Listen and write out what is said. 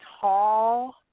tall